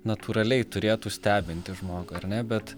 natūraliai turėtų stebinti žmogų ar ne bet